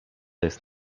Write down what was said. jest